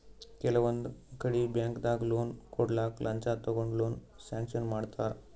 ಕೆಲವೊಂದ್ ಕಡಿ ಬ್ಯಾಂಕ್ದಾಗ್ ಲೋನ್ ಕೊಡ್ಲಕ್ಕ್ ಲಂಚ ತಗೊಂಡ್ ಲೋನ್ ಸ್ಯಾಂಕ್ಷನ್ ಮಾಡ್ತರ್